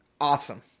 awesome